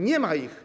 Nie ma ich.